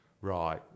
right